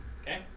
okay